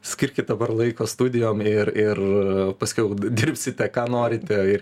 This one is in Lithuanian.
skirkit laiko studijom ir ir paskiau dirbsite ką norite ir